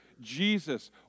Jesus